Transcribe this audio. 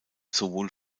sowohl